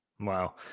Wow